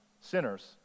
sinners